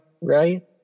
right